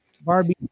Barbie